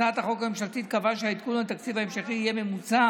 הצעת החוק הממשלתית קבעה שהעדכון לתקציב ההמשכי יהיה ממוצע